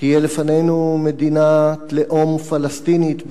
תהיה לפנינו מדינת לאום פלסטינית בירדן,